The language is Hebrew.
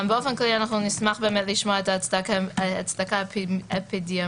באופן כללי אנחנו נשמח לשמוע את ההצדקה האפידמיולוגית